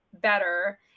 better